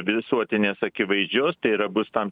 visuotinės akivaizdžios tai yra bus tam